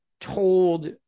told